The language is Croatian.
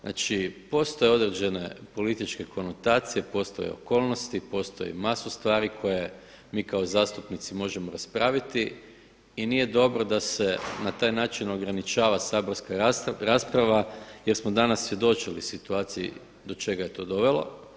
Znači, postoje određene političke konotacije, postoje okolnosti, postoji masu stvari koje mi kao zastupnici možemo raspraviti i nije dobro da se na taj način ograničava saborska rasprava jer smo danas svjedočili situaciji do čega je to dovelo.